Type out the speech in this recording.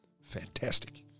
fantastic